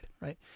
right